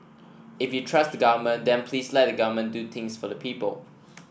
if you trust the Government then please let the Government do things for the people